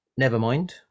Nevermind